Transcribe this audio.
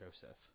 Joseph